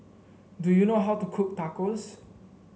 do you know how to cook Tacos